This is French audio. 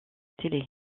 télé